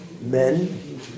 men